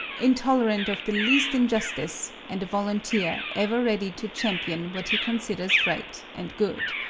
intolerant of the least injustice and a volunteer ever ready to champion what he considers right and good.